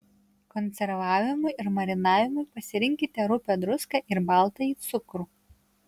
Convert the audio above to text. konservavimui ir marinavimui pasirinkite rupią druską ir baltąjį cukrų